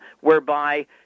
whereby